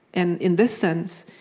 and in this sense,